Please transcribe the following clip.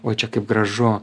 oi čia kaip gražu